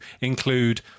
include